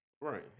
Right